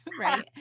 right